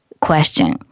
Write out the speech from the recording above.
question